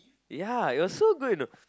ya it was so good you know